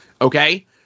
Okay